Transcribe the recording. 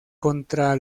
contra